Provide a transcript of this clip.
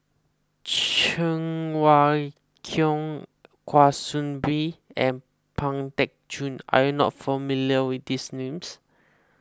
Cheng Wai Keung Kwa Soon Bee and Pang Teck Joon are you not familiar with these names